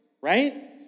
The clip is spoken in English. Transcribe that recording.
right